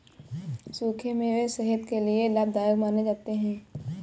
सुखे मेवे सेहत के लिये लाभदायक माने जाते है